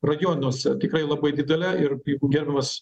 rajonuose tikrai labai didelė ir jeigu gerbiamas